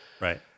Right